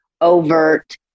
overt